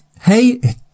Hey